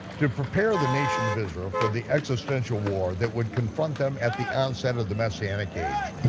to prepare the nation of israel for the existential war that would confront them at the onset of the messianic age,